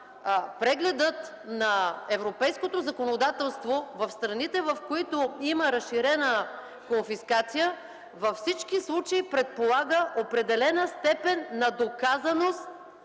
прегледът на европейското законодателство в страните, в които има разширена конфискация, във всички случаи предполага определена степен на доказаност